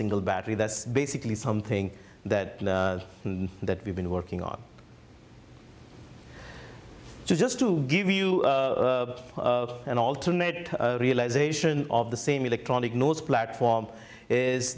single battery that's basically something that that we've been working on just to give you an alternate realization of the same electronic noise platform is